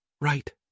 Right